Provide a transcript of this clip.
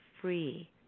free